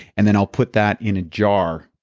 and then i'll put that in a jar.